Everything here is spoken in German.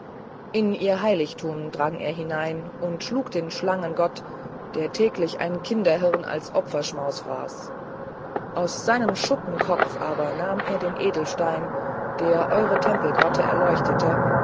in ihr heiligtum drang er hinein und schlug den schlangengott der täglich ein kinderhirn als opferschmauß fraß aus seinem schuppenkopf aber nahm er den edelstein der eure tempelgrotte erleuchtete